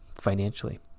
financially